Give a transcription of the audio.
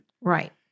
Right